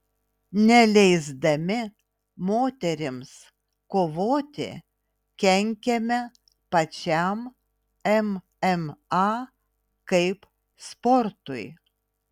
neleisdami moterims kovoti kenkiame pačiam mma kaip sportui